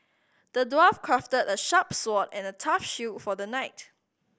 the dwarf crafted a sharp sword and a tough shield for the knight